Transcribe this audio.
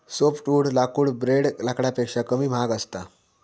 softwood लाकूड ब्रेड लाकडापेक्षा कमी महाग असता